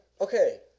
Okay